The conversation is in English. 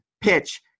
PITCH